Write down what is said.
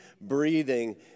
breathing